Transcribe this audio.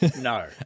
No